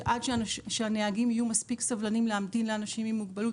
עד שהנהגים יהיו מספיק סבלניים להמתין לאנשים עם מוגבלות,